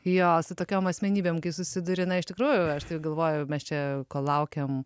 jo su tokiom asmenybėm kai susiduri na iš tikrųjų aš galvojau mes čia ko laukiam